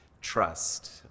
Trust